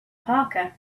parker